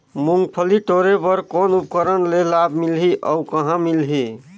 मुंगफली टोरे बर कौन उपकरण ले लाभ मिलही अउ कहाँ मिलही?